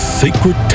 sacred